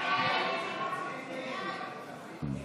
הסתייגות 215 לא נתקבלה.